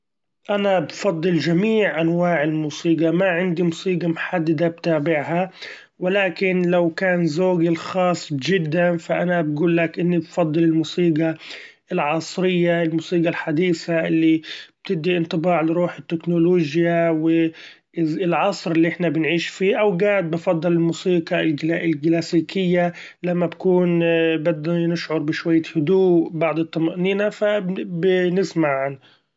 أنا بفضل چميع أنواع الموسيقى ما عندي موسيقى محددة بتابعها ، ولكن لو كان ذوقي الخاص چدا ف أنا بقولك إني بفضل الموسيقى العصرية; الموسيقى الحديثة اللي بتدي إنطباع لروح التكنولوچيا و العصر اللي احنا بنعيش فيه ، أوقات بفضل الموسيقى الكلاسيكة لما نكون بدي نشعر بشوية هدوء بعض الطمإنينة ف بنسمع عنها.